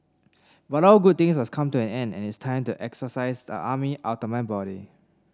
but all good things must come to an end and it's time to exorcise the army outta my body